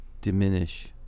diminish